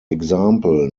example